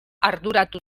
arduratu